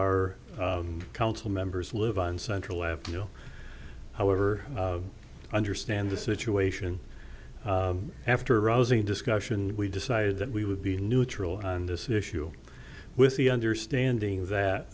our council members live on central avenue however i understand the situation after a rousing discussion we decided that we would be neutral on this issue with the understanding